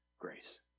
grace